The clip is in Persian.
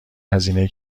هزینه